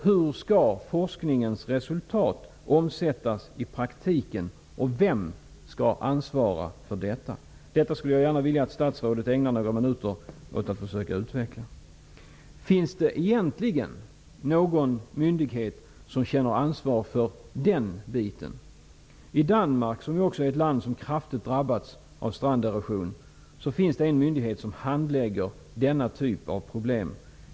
Hur skall forskningens resultat omsättas i praktiken, och vem skall ansvara för detta? Detta skulle jag gärna vilja att statsrådet ägnar några minuter åt att utveckla. Finns det egentligen någon myndighet som känner ansvar för detta? I Danmark, som ju också är ett land som kraftigt drabbats av stranderosion, finns det en myndighet som handlägger denna typ av problem.